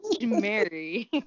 Mary